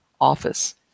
office